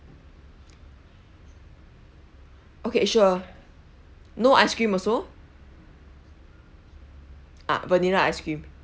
okay sure no ice cream also uh vanilla ice cream